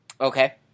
Okay